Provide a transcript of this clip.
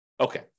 Okay